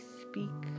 speak